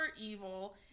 evil